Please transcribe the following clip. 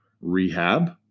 rehab